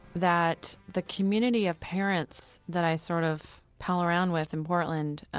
that the community of parents that i sort of pal around with in portland,